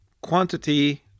quantity